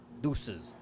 deuces